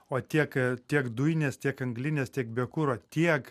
o tiek tiek dujinės tiek anglinės tiek biokuro tiek